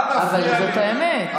אבל זאת האמת.